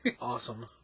awesome